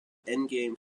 endgame